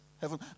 heaven